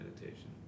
meditation